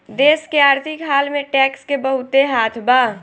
देश के आर्थिक हाल में टैक्स के बहुते हाथ बा